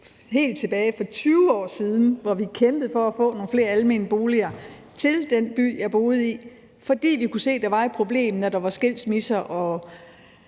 helt tilbage til fra 20 år siden, hvor vi kæmpede for at få nogle flere almene boliger til den by, jeg boede i, fordi vi kunne se, der var et problem, når der var skilsmisser og